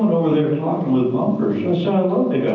over there talking with bunker. so so